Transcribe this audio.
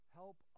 help